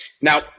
Now